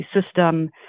system